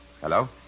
Hello